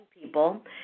people